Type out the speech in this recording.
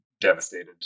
devastated